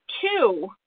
two